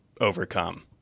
overcome